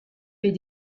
fait